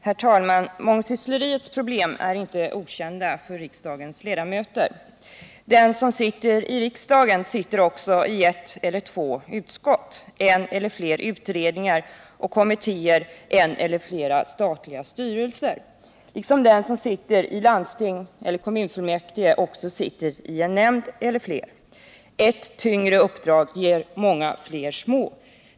Herr talman! Mångsyssleriets problem är inte okända för riksdagens ledamöter. Den som sitter i riksdagen sitter också i ett eller två utskott, en eller flera utredningar och kommittéer, en eller flera statliga styrelser, liksom den som sitter i landsting eller kommunfullmäktige också sitter i en nämnd Nr 6 eller fler. Ett tyngre uppdrag ger många fler små.